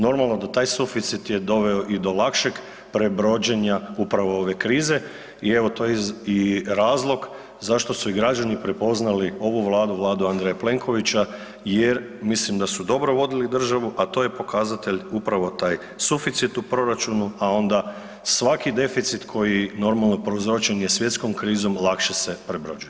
Normalno da taj suficit je doveo i do lakšeg prebrođenja upravo ove krize i evo to je i razlog zašto su i građani prepoznali ovu Vladu, Vladu Andreja Plenkovića jer mislim da su dobro vodili državu, a to je pokazatelj upravo taj suficit u proračunu, a onda svaki deficit koji normalno prouzročen je svjetskom krizom lakše se prebrođuje.